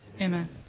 Amen